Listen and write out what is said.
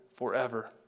forever